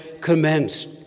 commenced